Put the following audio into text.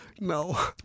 No